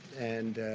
and